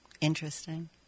Interesting